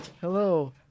Hello